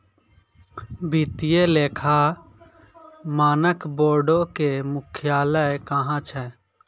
वित्तीय लेखा मानक बोर्डो के मुख्यालय कहां छै?